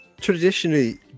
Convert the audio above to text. Traditionally